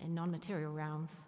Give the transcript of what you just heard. and nonmaterial realms.